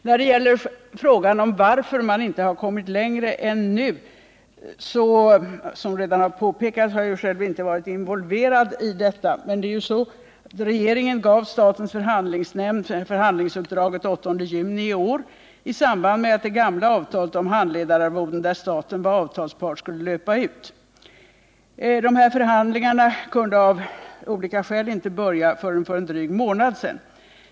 När det gäller frågan om varför man inte har kommit längre i förhandling arna hittills vill jag nämna att regeringen gav statens förhandlingsnämnd förhandlingsuppdraget den 8 juni i år i samband med att det gamla avtalet om handledararvoden, där staten var avtalspart, skulle löpa ut. Förhandlingarna kunde av olika skäl inte börja förrän för en dryg månad sedan.